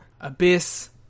Abyss